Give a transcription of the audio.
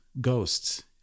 Ghosts